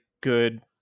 good